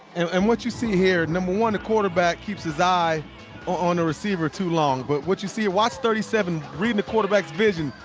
and what you see here, number one, the quarterback keeps his eye on the receiver too long. but what you see, watch thirty seven reading the quarterback's vision.